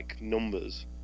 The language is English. numbers